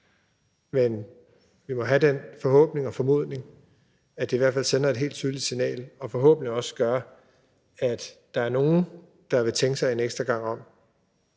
Men vi må have den forhåbning og formodning, at det i hvert fald sender et helt tydeligt signal og forhåbentlig også gør, at der er nogle, der vil tænke sig om en ekstra gang, og